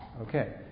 Okay